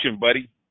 buddy